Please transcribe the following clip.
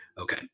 Okay